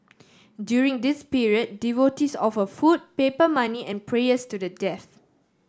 during this period devotees offer food paper money and prayers to the death